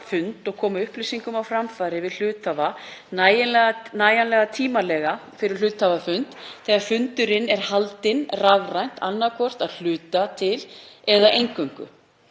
fund og koma upplýsingum á framfæri við hluthafa nægjanlega tímanlega fyrir hluthafafund þegar fundurinn er haldinn rafrænt, annaðhvort að hluta til eða eingöngu.